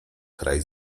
kraj